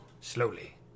Slowly